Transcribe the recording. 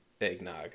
eggnog